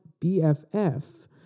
BFF